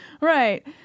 Right